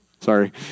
Sorry